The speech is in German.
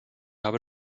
habe